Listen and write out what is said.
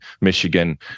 michigan